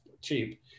cheap